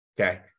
Okay